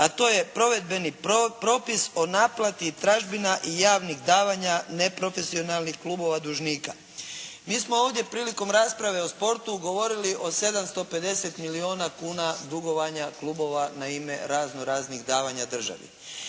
a to je provedbeni propis o naplati tražbina i javnih davanja neprofesionalnih klubova dužnika. Mi smo ovdje prilikom rasprave o sportu govorili o 750 milijuna kuna dugovanja klubova na ime razno-raznih davanja državi.